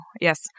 yes